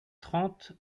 trente